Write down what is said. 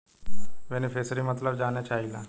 बेनिफिसरीक मतलब जाने चाहीला?